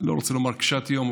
לא רוצה לומר קשת יום,